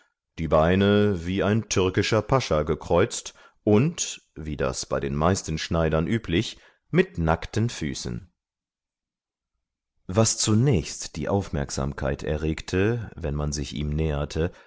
die beine wie ein türkischer pascha gekreuzt und wie das bei den meisten schneidern üblich mit nackten füßen was zunächst die aufmerksamkeit erregte wenn man sich ihm näherte